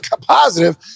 positive